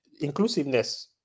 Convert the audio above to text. inclusiveness